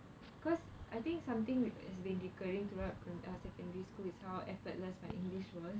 because I think something that has been recurring throughout my secondary school is how effortless my english was